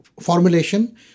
formulation